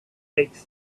takes